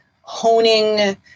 honing